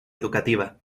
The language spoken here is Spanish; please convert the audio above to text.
educativa